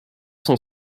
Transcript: son